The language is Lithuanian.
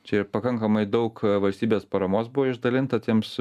čia ir pakankamai daug valstybės paramos buvo išdalinta tiems